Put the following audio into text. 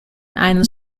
eines